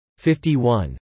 51